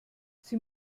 sie